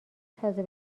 تازه